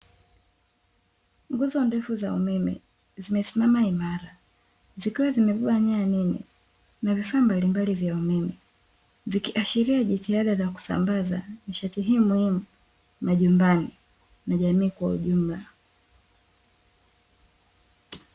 Nguzo ndefu za umeme, zimesimama imara, zikiwa zimebeba nyaya nyingi na vifaa mbalimbali vya umeme, vikiashiria jitihada za kusambaza nishati hii muhimu majumbani na jamii kwa ujumla.